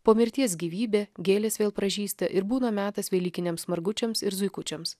po mirties gyvybė gėlės vėl pražysta ir būna metas velykiniams margučiams ir zuikučiams